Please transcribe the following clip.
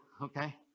okay